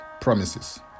promises